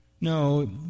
No